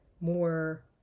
more